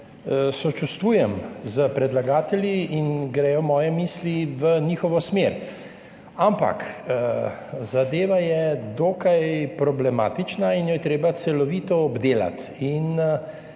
sočustvujem s predlagatelji in gredo moje misli v njihovo smer. Ampak zadeva je dokaj problematična in jo je treba celovito obdelati,